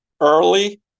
early